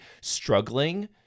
struggling